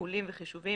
מיהולים וחישובים,